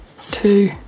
two